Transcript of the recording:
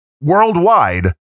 worldwide